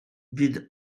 fydd